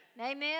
Amen